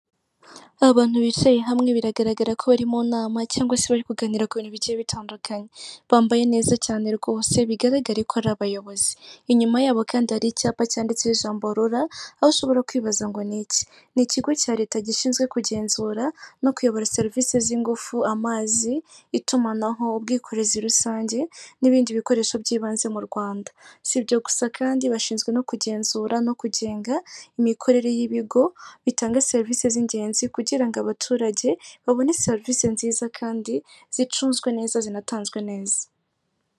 Abantu bicaye hamwe biragaragara ko bari mu nama cyangwa se bari kuganira ku bintu bigiye bitandukanye. Bambaye neza cyane rwose bigaragare ko ari abayobozi. Inyuma yabo kandi hari icyapa cyanditseho ijambo RURA, aho ashobora kwibaza ngo ni iki? Ni ikigo cya Leta gishinzwe kugenzura no kuyobora serivisi z'ingufu, amazi, itumanaho, ubwikorezi rusange n'ibindi bikoresho by'ibanze mu Rwanda. Si ibyo gusa kandi bashinzwe no kugenzura no kugenga imikorere y'ibigo bitanga serivisi z'ingenzi, kugira ngo abaturage babone serivisi nziza kandi zicunzwe neza zinatanzwe neza.